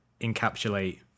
encapsulate